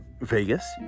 Vegas